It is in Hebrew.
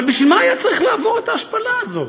אבל בשביל מה היה צריך לעבור את ההשפלה הזאת?